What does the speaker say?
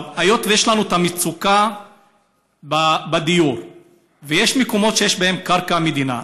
אבל היות שיש לנו את המצוקה בדיור ויש מקומות שיש בהם קרקע מדינה,